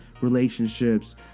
relationships